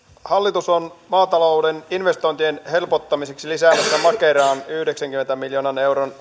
hallitus on maatalouden investointien helpottamiseksi lisäämässä makeraan yhdeksänkymmenen miljoonan euron